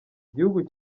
gihugu